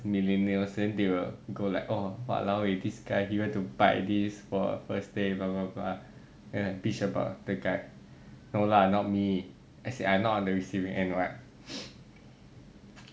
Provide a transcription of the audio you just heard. millennials then they will go like oh !walao! eh this guy he went to buy these for first date then bitch about the guy no lah not me as in I'm not on the receiving end what